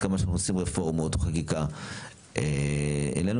עד כמה שאנחנו עושים רפורמות וחקיקה אין לנו